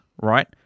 right